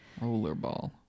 Rollerball